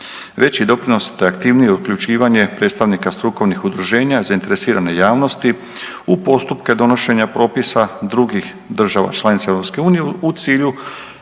Veći doprinos te aktivnije uključivanje predstavnika strukovnih udruženja zainteresirane javnosti u postupke donošenja propisa drugih država članica EU u cilju